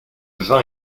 vin